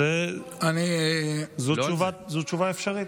זו תשובה אפשרית.